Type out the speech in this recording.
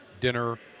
dinner